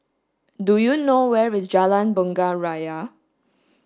do you know where is Jalan Bunga Raya